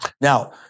Now